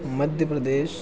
Madhya Pradesh